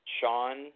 Sean